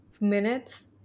minutes